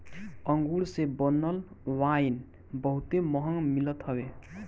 अंगूर से बनल वाइन बहुते महंग मिलत हवे